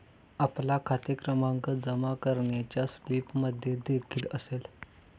आपला खाते क्रमांक जमा करण्याच्या स्लिपमध्येदेखील असेल